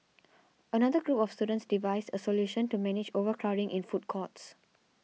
another group of students devised a solution to manage overcrowding in food courts